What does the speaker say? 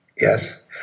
Yes